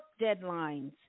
deadlines